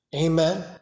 Amen